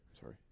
sorry